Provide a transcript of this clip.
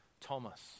thomas